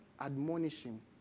admonishing